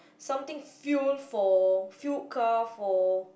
something fuel for fueled car for